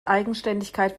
eigenständigkeit